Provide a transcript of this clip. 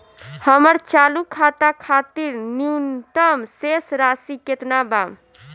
हमर चालू खाता खातिर न्यूनतम शेष राशि केतना बा?